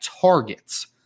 targets